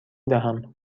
دهم